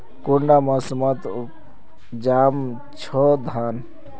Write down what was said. कुंडा मोसमोत उपजाम छै धान?